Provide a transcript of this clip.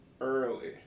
early